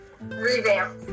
revamp